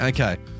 Okay